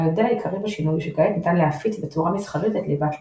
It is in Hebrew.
ההבדל העיקרי בשינוי הוא שכעת ניתן להפיץ בצורה מסחרית את ליבת לינוקס.